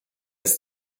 ist